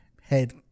head